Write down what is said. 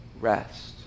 rest